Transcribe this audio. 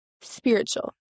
Spiritual